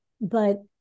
but-